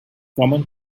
common